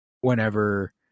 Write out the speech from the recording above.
whenever